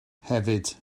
hefyd